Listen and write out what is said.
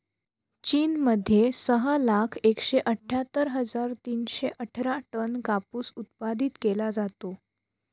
चीन मध्ये सहा लाख एकशे अठ्ठ्यातर हजार तीनशे अठरा टन कापूस उत्पादित केला जातो